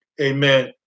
amen